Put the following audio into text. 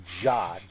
jaw